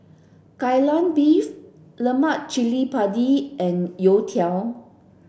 Kai Lan Beef Lemak Cili Padi and Youtiao